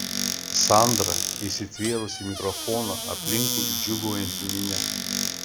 sandra įsitvėrusi mikrofoną aplinkui džiūgaujanti minia